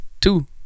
Two